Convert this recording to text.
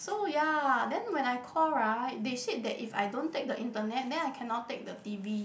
so ya then when I call right they said that if I don't take the internet then I cannot take the T_V